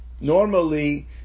normally